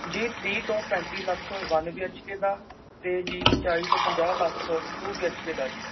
ਜੀ ਤੀਹ ਤੋਂ ਪੈਂਤੀ lakh one B H K ਦਾ ਅਤੇ ਜੀ ਚਾਲੀ ਤੋਂ ਪੰਜਾਹ lakh two B H K ਦਾ ਹੈ ਜੀ